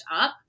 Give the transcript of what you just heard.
up